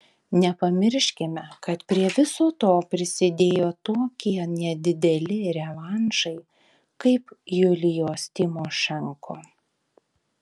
nepamirškime kad prie viso to prisidėjo tokie nedideli revanšai kaip julijos tymošenko